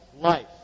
life